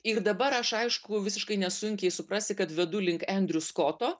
ir dabar aš aišku visiškai nesunkiai suprasi kad vedu link endriu skoto